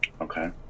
Okay